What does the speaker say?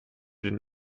den